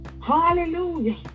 hallelujah